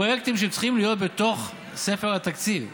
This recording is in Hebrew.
פרויקטים שצריכים להיות בתוך ספר התקציב,